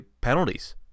penalties